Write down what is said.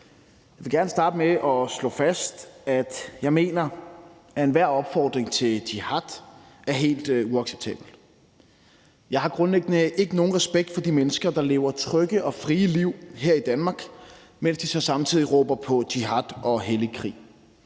Jeg vil gerne starte med at slå fast, at jeg mener, at enhver opfordring til jihad er helt uacceptabel. Jeg har grundlæggende ikke nogen respekt for de mennesker, der lever trygge og frie liv her i Danmark, mens de samtidig råber på jihad og hellig krig.